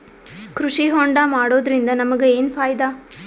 ಕೃಷಿ ಹೋಂಡಾ ಮಾಡೋದ್ರಿಂದ ನಮಗ ಏನ್ ಫಾಯಿದಾ?